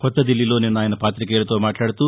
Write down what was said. కొత్తదిల్లీలో నిన్న ఆయన పాతికేయులతో మాట్లాదుతూ